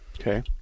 Okay